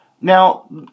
Now